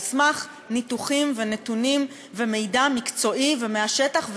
על סמך ניתוחים ונתונים ומידע מקצועי ומהשטח,